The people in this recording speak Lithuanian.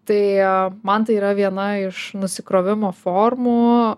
tai man tai yra viena iš nusikrovimo formų